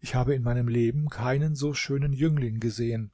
ich habe in meinem leben keinen so schönen jüngling gesehen